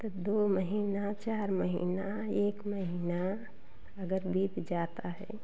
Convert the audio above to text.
फिर दो महीना चार महीना एक महीना अगर बीत जाता है